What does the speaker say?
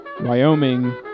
Wyoming